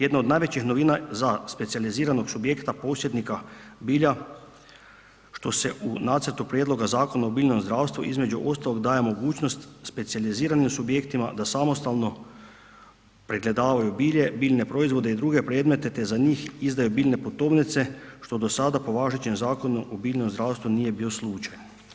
Jedna od najvećih novina za specijaliziranog subjekta posjednika bilja što se u nacrtu prijedloga Zakona o biljnom zdravstvu između ostalog daje mogućnost specijaliziranim subjektima da samostalno pregledavaju bilje, biljne proizvode i druge predmete te za njih izdaju biljne putovnice što do sada po važećim Zakonu o biljnom zdravstvu nije bio slučaj.